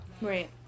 Right